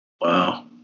Wow